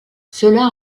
cela